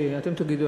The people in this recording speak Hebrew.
שאתם תגידו,